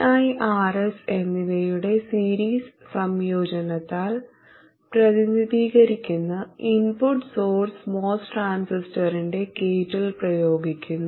vi Rs എന്നിവയുടെ series സംയോജനത്താൽ പ്രതിനിധീകരിക്കുന്ന ഇൻപുട്ട് സോഴ്സ് MOS ട്രാൻസിസ്റ്ററിന്റെ ഗേറ്റിൽ പ്രയോഗിക്കുന്നു